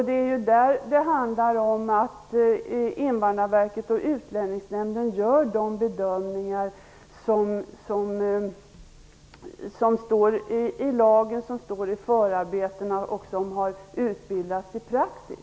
Det är i de fallen det handlar om att Invandrarverket och Utlänningsnämnden gör de bedömningar som står i lagen, som står i förarbetena och som har utbildats i praxis.